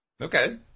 Okay